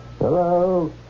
Hello